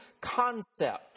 concept